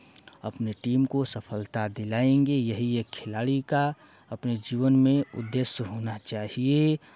अपने टीम को सफलता दिलाएंगे यही एक खिलाड़ी का अपने जीवन में उद्देश्य होना चाहिए